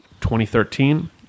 2013